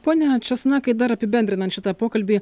pone česnakai dar apibendrinant šitą pokalbį